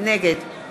נגד